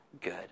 Good